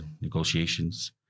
negotiations